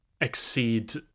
exceed